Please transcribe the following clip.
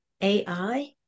ai